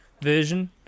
version